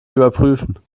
überprüfen